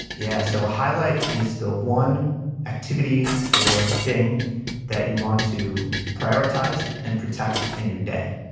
yeah, so a highlight is the one activity or thing that you want to prioritize and protect in your day.